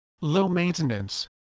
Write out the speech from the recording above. low-maintenance